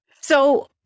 So-